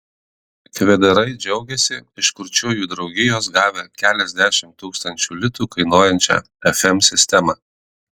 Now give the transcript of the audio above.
kvedarai džiaugiasi iš kurčiųjų draugijos gavę keliasdešimt tūkstančių litų kainuojančią fm sistemą